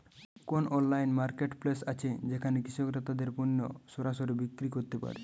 কোন online marketplace আছে যেখানে কৃষকরা তাদের পণ্য সরাসরি বিক্রি করতে পারে?